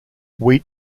wheat